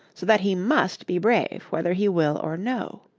so that he must be brave whether he will or no.